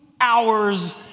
hours